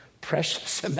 precious